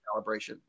calibration